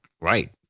Right